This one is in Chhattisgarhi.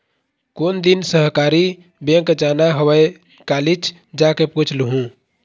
कोन दिन सहकारी बेंक जाना हवय, कालीच जाके पूछ लूहूँ